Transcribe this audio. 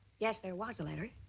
yes, there was a letter.